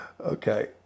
Okay